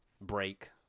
break